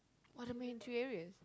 what are main two areas